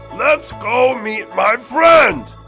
let's go meet my friend!